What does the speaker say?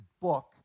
book